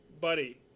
Buddy